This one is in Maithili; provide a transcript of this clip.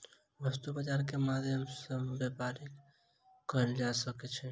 वस्तु बजार के माध्यम सॅ सभ व्यापारी व्यापार कय सकै छै